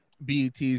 BET's